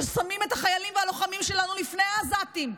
ששמים את החיילים והלוחמים שלנו לפני העזתים.